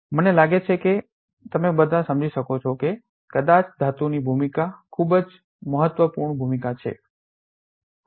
મને લાગે છે કે તમે બધા સમજી શકો છો કે કદાચ ધાતુની ખૂબ જ મહત્વપૂર્ણ ભૂમિકા છે